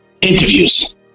interviews